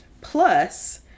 Plus